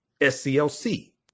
SCLC